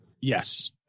Yes